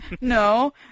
No